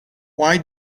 why